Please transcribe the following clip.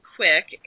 quick